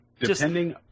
Depending